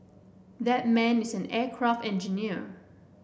that man is an aircraft engineer